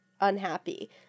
unhappy